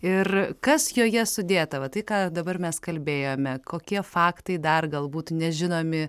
ir kas joje sudėta va tai ką dabar mes kalbėjome kokie faktai dar galbūt nežinomi